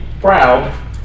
proud